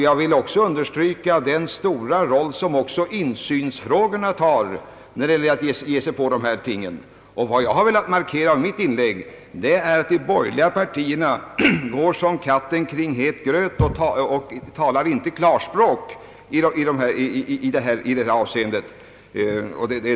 Jag vill också understryka den stora roll insynsfrågorna har när man vill ge sig i kast med dessa problem. Vad jag velat markera med mitt inlägg är att de borgerliga partierna går som katten kring het gröt och inte talar klarspråk i detta avseende.